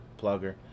plugger